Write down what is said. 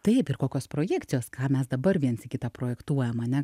taip ir kokios projekcijos ką mes dabar viens į kitą projektuojam ane